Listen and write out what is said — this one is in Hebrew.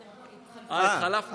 התחלפנו.